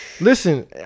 Listen